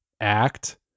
act